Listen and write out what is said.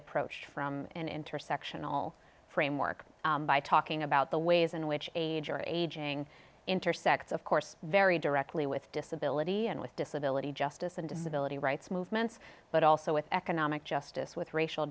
approached from an intersection all framework by talking about the ways in which age or aging intersects of course very directly with disability and with disability justice and disability rights movements but also with economic justice with racial